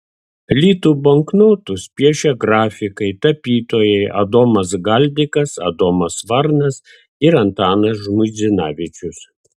litų banknotus piešė grafikai tapytojai adomas galdikas adomas varnas ir antanas žmuidzinavičius